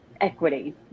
equity